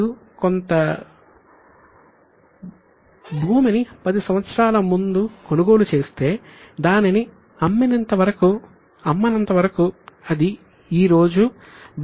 మీరు కొంత భూమిని 10 సంవత్సరాల ముందు కొనుగోలు చేసి దానిని అమ్మనంతవరకు అది ఈ రోజు బ్యాలెన్స్ షీట్లో కూడా కనిపిస్తుంది